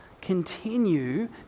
continue